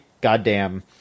Goddamn